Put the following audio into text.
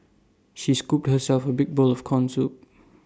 she scooped herself A big bowl of Corn Soup